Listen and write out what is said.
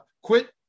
quit